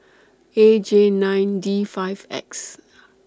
A J nine D five X